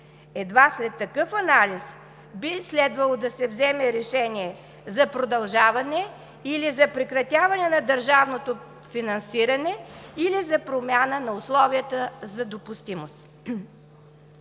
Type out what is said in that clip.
Едва след такъв анализ би следвало да се вземе решение за продължаване или за прекратяване на държавното финансиране, или за промяна на условията за допустимост.